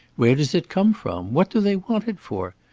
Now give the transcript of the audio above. where does it come from? what do they want it for?